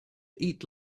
eat